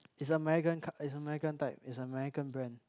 it's American com~ it's American type it's American brand